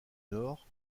nord